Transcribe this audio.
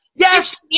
Yes